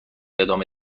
ادامه